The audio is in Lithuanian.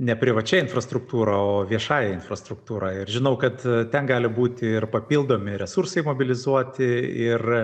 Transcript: ne privačia infrastruktūra o viešąja infrastruktūra ir žinau kad ten gali būti ir papildomi resursai mobilizuoti ir